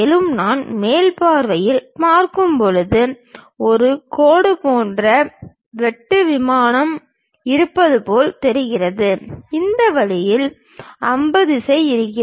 மேலும் நான் மேல் பார்வையில் பார்க்கும்போது ஒரு கோடு போன்ற வெட்டு விமானம் இருப்பது போல் தெரிகிறது இந்த வழியில் அம்பு திசை இருக்கும்